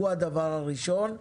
הוא הדבר הראשון.